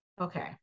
Okay